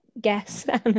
guess